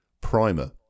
Primer